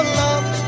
love